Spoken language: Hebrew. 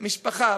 משפחה,